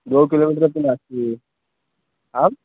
द्वौ किलोमीटरपि नास्ति आम्